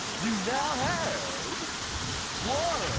you now have one,